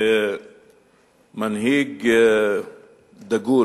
מנהיג דגול